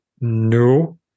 No